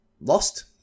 lost